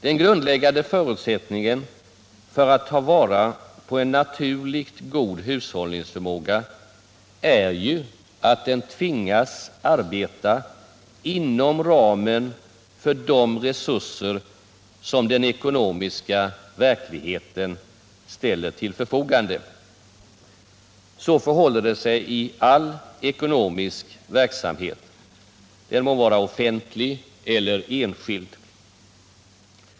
Den grundläggande förutsättningen för att ta vara på en naturligt god hushållningsförmåga är ju att den tvingas arbeta inom ramen för de resurser som den ekonomiska verkligheten ställer till förfogande. Så förhåller det sig i all ekonomisk verksamhet — den må vara offentlig eller enskild.